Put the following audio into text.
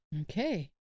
Okay